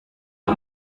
ati